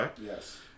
Yes